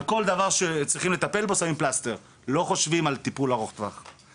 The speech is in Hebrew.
כל דבר שצריכים לטפל בו חושבים על פלסטר ולא על פתרון ארוך טווח.